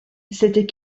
c’était